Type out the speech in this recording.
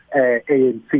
ANC